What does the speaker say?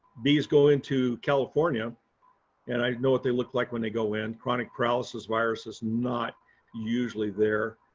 bees go into california and i know what they look like when they go in chronic paralysis virus is not usually there.